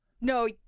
No